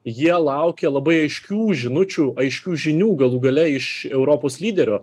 jie laukia labai aiškių žinučių aiškių žinių galų gale iš europos lyderio